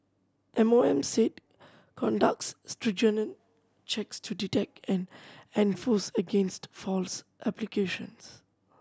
M O M said conducts stringent checks to detect and enforce against false applications